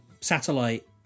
satellite